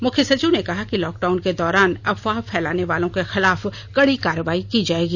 मुख्य सचिव ने कहा कि लॉकडाउन के दौरान अफवाह फैलाने वालों के खिलाफ कड़ी कार्रवाई की जाएगी